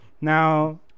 Now